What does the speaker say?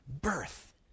birth